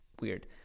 weird